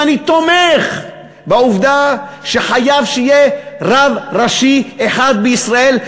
ואני תומך בעובדה שחייב להיות רב ראשי אחד בישראל,